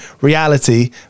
reality